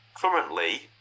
Currently